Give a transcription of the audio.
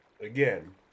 again